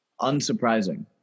unsurprising